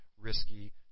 risky